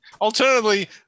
Alternatively